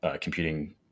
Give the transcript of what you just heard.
computing